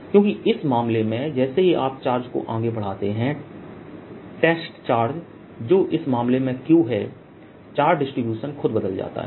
क्योंकि इस मामले में जैसे ही आप चार्ज को आगे बढ़ाते हैं टेस्ट चार्ज जो इस मामले में q है चार्ज डिस्ट्रीब्यूशन खुद बदल जाता है